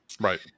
Right